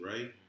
right